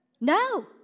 No